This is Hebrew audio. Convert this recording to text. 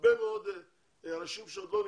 הרבה מאוד אנשים שעוד לא נכנסו.